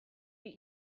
you